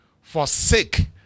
forsake